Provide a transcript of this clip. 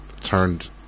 turned